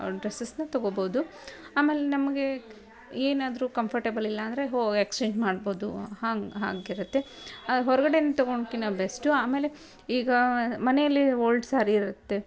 ಡ್ರೆಸ್ಸಸನ್ನ ತಗೊಬೋದು ಆಮೇಲೆ ನಮಗೆ ಏನಾದರೂ ಕಂಫರ್ಟೆಬಲ್ ಇಲ್ಲ ಅಂದರೆ ಹೋಗಿ ಎಕ್ಸ್ಚೇಂಜ್ ಮಾಡ್ಬೋದು ಹಾಂಗೆ ಹಾಗಿರುತ್ತೆ ಹೊರ್ಗಡೆಯಿಂದ ತಗೊಳ್ಕಿನ ಬೆಸ್ಟು ಆಮೇಲೆ ಈಗ ಮನೆಯಲ್ಲಿ ಓಲ್ಡ್ ಸಾರಿ ಇರುತ್ತೆ